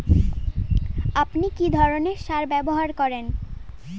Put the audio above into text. আপনি কী ধরনের সার ব্যবহার করেন?